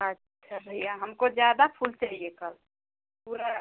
अच्छा भैया हमको जादा फूल चाहिए कल पूरा